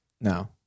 no